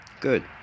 Good